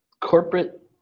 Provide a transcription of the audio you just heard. corporate